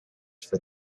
for